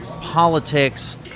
politics